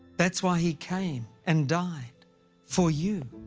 that's why he came and died for you.